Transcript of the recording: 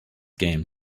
game